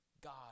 God